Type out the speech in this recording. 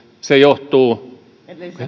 johtuu